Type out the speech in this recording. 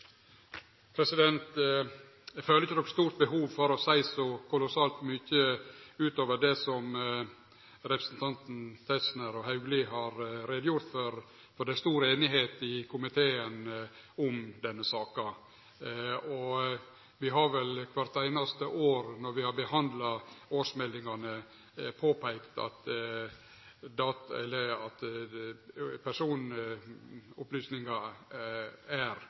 Eg føler ikkje noko stort behov for å seie så kolossalt mykje utover det som representantane Tetzschner og Haugli har gjort greie for, for det er stor einigheit i komiteen om denne saka. Vi har kvart einaste år, når vi har behandla årsmeldingane, påpeikt at personopplysningar er under eit sterkt press. Eg har likevel lyst til å nemne spesielt det